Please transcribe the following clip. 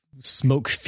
smoke